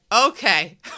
Okay